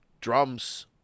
drums